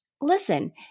listen